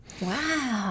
Wow